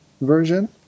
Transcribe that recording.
version